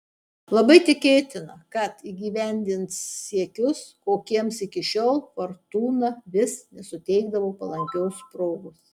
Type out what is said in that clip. labai tikėtina kad įgyvendins siekius kokiems iki šiol fortūna vis nesuteikdavo palankios progos